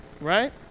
right